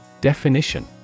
Definition